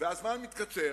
והזמן מתקצר,